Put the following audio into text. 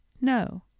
no